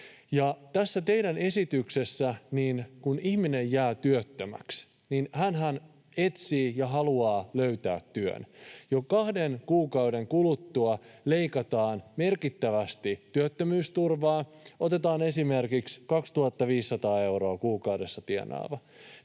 Tässä teidän esityksessä — kun ihminen jää työttömäksi, niin hänhän etsii ja haluaa löytää työn — jo kahden kuukauden kuluttua leikataan merkittävästi työttömyysturvaa. Otetaan esimerkiksi 2 500 euroa kuukaudessa tienaava: